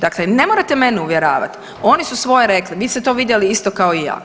Dakle, ne morate mene uvjeravat, oni su svoje rekli, vi ste to vidjeli isto kao i ja.